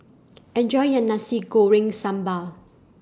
Enjoy your Nasi Goreng Sambal